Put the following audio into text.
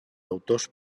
autors